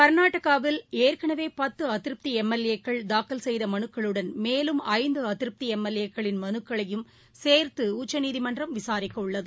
கர்நாடகாவில் ஏற்கனவேபத்துஅதிருப்திஎம்எல்ஏக்கள் தாக்கல் செய்தமனுக்களுடன்மேலும் ஐந்துஅதிருப்திஎம்எல்ஏக்களின்மனுக்களையும் சேர்த்துடச்சநீநிமன்றம் விசாரிக்கஉள்ளது